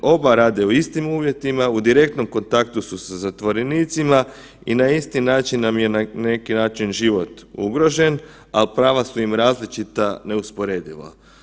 Oba rade u istim uvjetima, u direktnom kontaktu su sa zatvorenicima i na isti način nam je na neki način život ugrožen, ali prava su im različita neusporedivo.